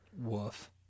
Woof